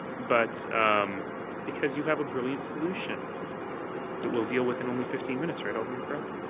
but because you have a brilliant solution that we'll deal with in only fifteen minutes, right? alderman